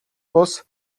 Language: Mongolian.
бус